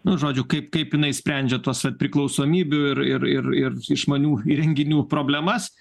nu žodžiu kaip kaip jinai sprendžia tuos vat priklausomybių ir ir ir ir išmanių įrenginių problemas